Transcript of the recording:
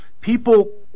people